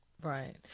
Right